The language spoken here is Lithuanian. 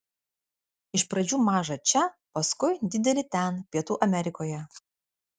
iš pradžių mažą čia paskui didelį ten pietų amerikoje